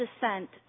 descent